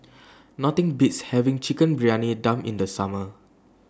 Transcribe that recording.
Nothing Beats having Chicken Briyani Dum in The Summer